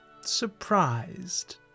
surprised